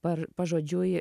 par pažodžiui